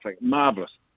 Marvellous